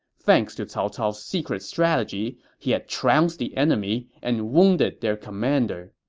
thanks to cao cao's secret strategy, he had trounced the enemy and wounded their commander